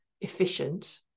efficient